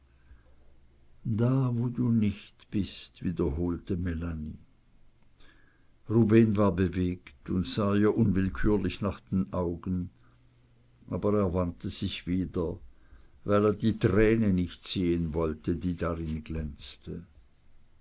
da wo du nicht bist wiederholte melanie rubehn war bewegt und sah ihr unwillkürlich nach den augen aber er wandte sich wieder weil er die träne nicht sehen wollte die darin glänzte